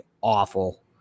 awful